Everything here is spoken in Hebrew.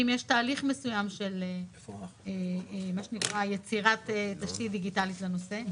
ואם יש תהליך מסוים של יצירת תשתית דיגיטלית של הנושא.